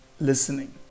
listening